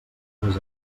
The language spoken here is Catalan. vins